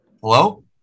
Hello